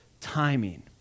timing